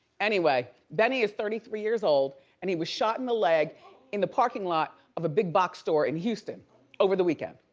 anyway, benny is thirty three years old and he was shot in the leg in the parking lot of a big box store in houston over the weekend.